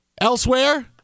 elsewhere